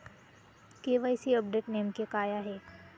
KYC update नेमके काय आहे?